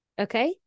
Okay